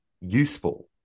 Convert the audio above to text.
useful